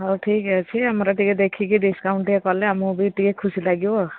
ହଉ ଠିକ୍ ଅଛି ଆମର ଟିକେ ଦେଖିକି ଡିସ୍କାଉଣ୍ଟ୍ ଟିକେ କଲେ ଆମକୁ ବି ଟିକେ ଖୁସି ଲାଗିବ ଆଉ